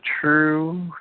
true